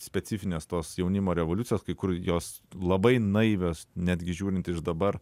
specifinės tos jaunimo revoliucijos kai kur jos labai naivios netgi žiūrint iš dabar